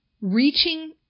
reaching